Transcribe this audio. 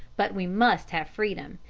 but we must have freedom,